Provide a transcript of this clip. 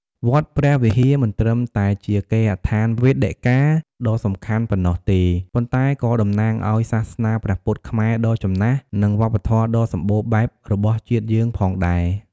វត្តព្រះវិហារ មិនត្រឹមតែជា គេហដ្ឋានវេដិកាដ៏សំខាន់ ប៉ុណ្ណោះទេ ប៉ុន្តែក៏តំណាងឲ្យ សាសនាព្រះពុទ្ធខ្មែរ ដ៏ចំណាស់ និង វប្បធម៌ដ៏សម្បូរបែប របស់ជាតិយើងផងដែរ។